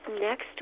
next